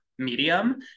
medium